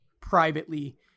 privately